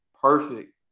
perfect